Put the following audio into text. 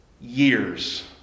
years